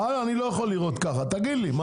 תגיד לי.